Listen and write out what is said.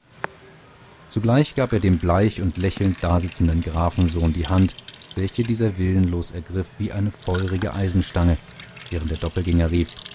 zugleich gab er dem bleich und lächelnd dasitzenden grafensohn die hand welche dieser willenlos ergriff wie eine feurige eisenstange während der doppelgänger rief